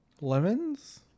Lemons